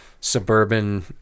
suburban